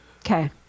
Okay